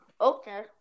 Okay